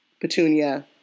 Petunia